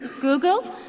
Google